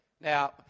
Now